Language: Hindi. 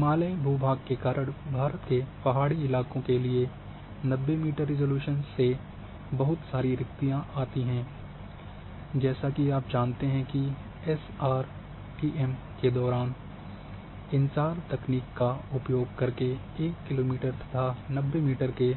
हिमालय भू भाग के कारण भारत के पहाड़ी इलाकों के लिए 90 मीटर रिज़ॉल्यूशन से बहुत सारी रिक्क्तियाँ आती हैं जैसा कि आप जानते हैं कि एसआरटीएम के दौरान इनसार तकनीक का उपयोग करके 1 किलोमीटर तथा 90 मीटर के